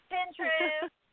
Pinterest